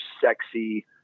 sexy